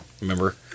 Remember